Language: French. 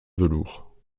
velours